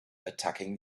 attacking